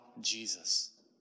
Jesus